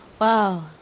Wow